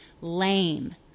lame